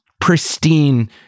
pristine